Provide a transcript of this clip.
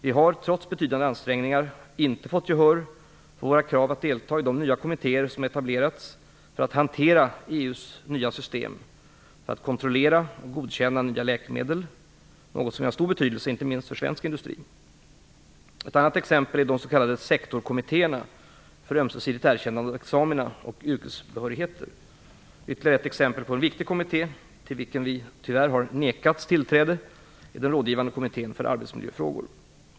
Vi har, trots betydande ansträngningar, inte fått gehör för våra krav att delta i de nya kommittéer som etablerats för att hantera EU:s nya system för att kontrollera och godkänna nya läkemedel, något som är av stor betydelse inte minst för svensk industri. Ett annat exempel är de s.k. sektorkommittéerna för ömsesidigt erkännande av examina och yrkesbehörigheter. Ytterligare ett exempel på en viktig kommitté till vilken vi tyvärr har nekats tillträde är den rådgivande kommittén för arbetsmiljöfrågor.